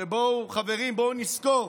שבואו נזכור,